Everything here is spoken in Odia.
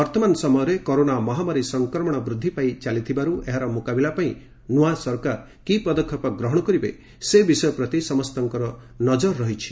ବର୍ତ୍ତମାନ ସମୟରେ କରୋନା ମହାମାରୀ ସଂକ୍ରମଣ ବୃଦ୍ଧି ପାଇ ଚାଲିଥିବାରୁ ଏହାର ମୁକାବିଲା ପାଇଁ ନୂଆ ସରକାର କି ପଦକ୍ଷେପ ଗ୍ରହଣ କରିବେ ସେ ବିଷୟ ପ୍ରତି ସମସ୍ତଙ୍କ ଦୃଷ୍ଟି ରହିଛି